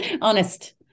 Honest